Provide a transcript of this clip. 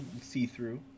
see-through